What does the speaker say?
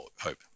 hope